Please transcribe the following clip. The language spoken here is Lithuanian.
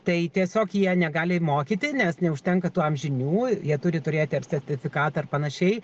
tai tiesiog jie negali mokyti nes neužtenka tam žinių jie turi turėti sertifikatą ar panašiai